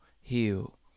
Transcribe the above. heal